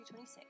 26